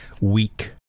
Weak